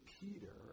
Peter